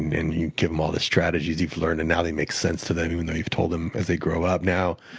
and you give them all the strategies you've learned and now they make sense to them, even though you've told them as they grew up. now,